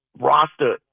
roster